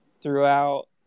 throughout